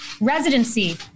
residency